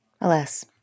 Alas